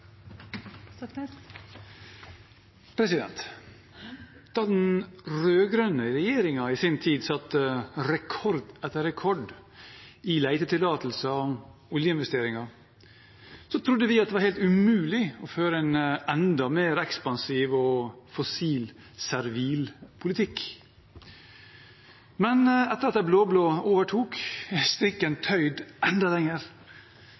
Da den rød-grønne regjeringen i sin tid satte rekord etter rekord i letetillatelser og oljeinvesteringer, trodde vi at det var helt umulig å føre en enda mer ekspansiv og fossilservil politikk. Men etter at de blå-blå overtok, er strikken tøyd enda lenger